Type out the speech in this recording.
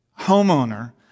homeowner